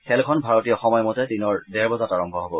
খেলখন ভাৰতীয় সময়মতে দিনৰ ডেৰ বজাত আৰম্ভ হ'ব